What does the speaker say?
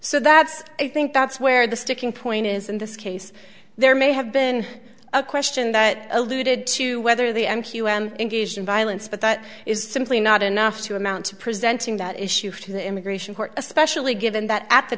so that's i think that's where the sticking point is in this case there may have been a question that alluded to whether the m q m engaged in violence but that is simply not enough to amount to presenting that issue to the immigration court especially given that at the